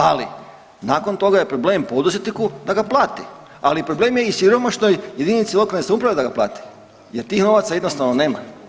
Ali, nakon toga je problem poduzetniku da ga plati, ali problem je i siromašnoj jedinici lokalne samouprave da ga plati jer tih novaca jednostavno nema.